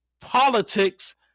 politics